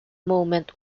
moment